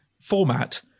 format